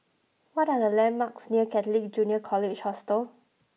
what are the landmarks near Catholic Junior College Hostel